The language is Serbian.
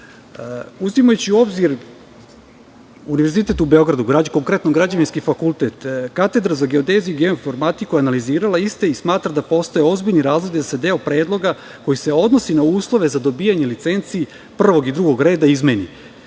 u obzir Univerzitet u Beogradu, konkretno Građevinski fakultet, katedra za geodeziju i geoinformatiku je analizirala iste i smatra da postoje ozbiljni razlozi da se deo predloga koji se odnosi na uslove za dobijanje licenci prvog i drugo reda izmeni.